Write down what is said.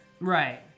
Right